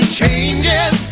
changes